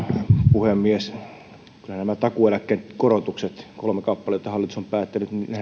puhemies kyllä nämä takuueläkkeen korotukset kolme kertaa hallitus on päättänyt